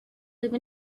live